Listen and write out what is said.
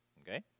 Okay